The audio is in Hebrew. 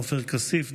עופר כסיף,